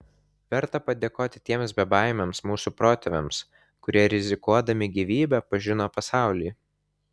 verta padėkoti tiems bebaimiams mūsų protėviams kurie rizikuodami gyvybe pažino pasaulį